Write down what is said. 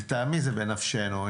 לטעמי זה בנפשנו.